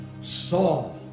Saul